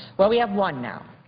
well, we have one now.